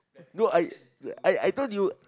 no I I I thought you